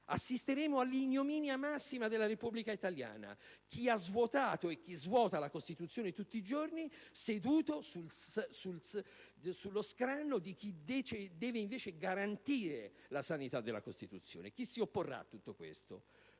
Assisteremmo all'ignominia massima della Repubblica italiana: chi ha svuotato e chi svuota la Costituzione tutti i giorni seduto sullo scanno di chi invece deve garantire la sanità della Costituzione. Chi si opporrà a tutto questo?